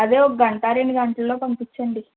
అదే ఒక గంట రెండు గంటల్లో పంపించండి